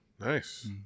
nice